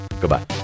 Goodbye